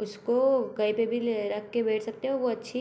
उसको कहीं पर भी रख कर बैठ सकते हो वो अच्छी